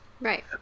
Right